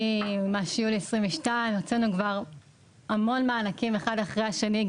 מיולי 2022. הוצאנו כבר המון מענקים אחד אחרי השני,